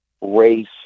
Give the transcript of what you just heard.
race